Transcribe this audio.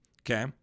Okay